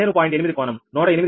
8 కోణం 108